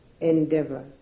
endeavor